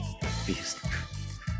Beast